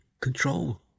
control